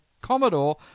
Commodore